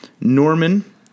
Norman